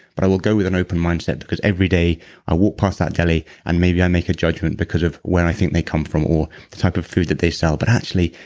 but i will go with an open mindset because every day i walked past that deli and maybe i make a judgment because of where i think they come from or the type of food that they sell. but actually,